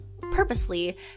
purposely